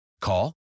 Call